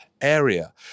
area